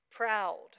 Proud